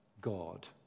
God